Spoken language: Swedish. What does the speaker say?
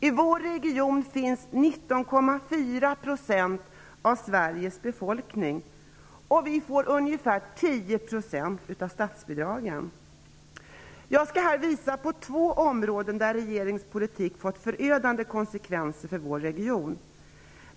I vår region finns 19,4 % av Sveriges befolkning, och vi får ungefär Jag skall här visa på två områden där regeringens politik har fått förödande konsekvenser för vår region.